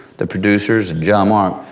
the producers and jean-marc,